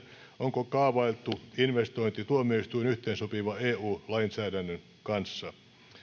onko kaavailtu investointituomioistuin yhteensopiva eu lainsäädännön kanssa